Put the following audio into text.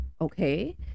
okay